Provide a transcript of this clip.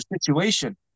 situation